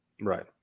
Right